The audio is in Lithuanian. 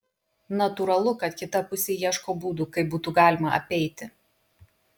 natūralu kad kita pusė ieško būdų kaip būtų galima apeiti